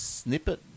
Snippet